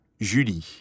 Julie